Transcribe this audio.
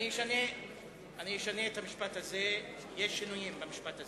אני אשנה את המשפט הזה, יש שינויים במשפט הזה.